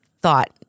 thought